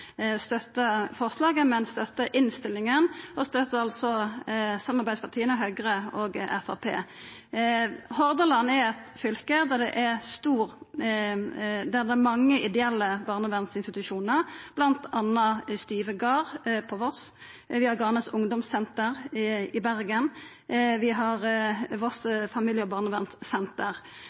forslaget, men støtta innstillinga – altså støtta samarbeidspartia Høgre og Framstegspartiet. Hordaland er eit fylke der det er mange ideelle barnevernsinstitusjonar, bl.a. Styve Gard på Voss, Garnes ungdomssenter i Bergen og Voss Familie og barnevernsenter.